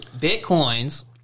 bitcoins